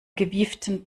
gewieften